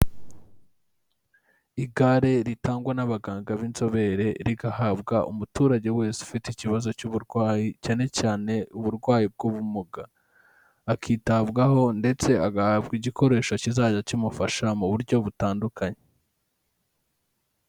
Igare ritangwa n'abaganga b'inzobere, rigahabwa umuturage wese ufite ikibazo cy'uburwayi, cyanecyane uburwayi bw'ubumuga. Akitabwaho ndetse agahabwa igikoresho kizajya kimufasha mu buryo butandukanye.